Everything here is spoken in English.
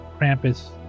Krampus